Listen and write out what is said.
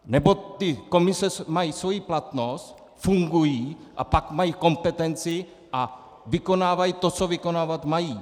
Nebo komise mají svoji platnost, fungují a pak mají kompetenci a vykonávají to, co vykonávat mají.